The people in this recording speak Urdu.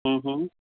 ہوں ہوں